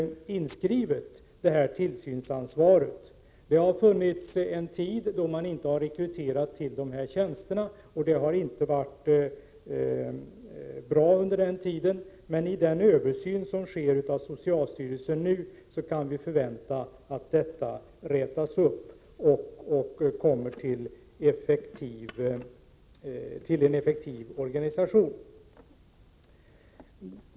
Det fanns en tid då det inte gjordes rekryteringar till tjänsterna, och det var inte bra. I den översyn av socialstyrelsen som nu sker kan emellertid förväntas att detta rättas till och resulterar i en effektiv organisation.